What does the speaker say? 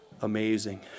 Amazing